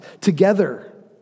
together